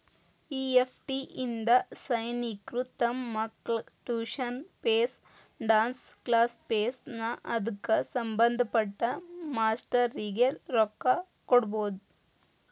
EFT ಇಂದಾ ಸೈನಿಕ್ರು ತಮ್ ಮಕ್ಳ tuition fees, dance class fees ನಾ ಅದ್ಕ ಸಭಂದ್ಪಟ್ಟ ಮಾಸ್ತರ್ರಿಗೆ ರೊಕ್ಕಾ ಹಾಕ್ಬೊದ್